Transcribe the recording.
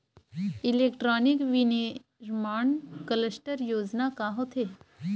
Electronic विनीर्माण cluster योजना का होथे?